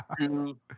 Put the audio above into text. two